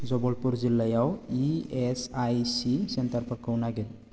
जबलपुर जिल्लायाव E S I C सेन्टारफोरखौ नागिर